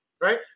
right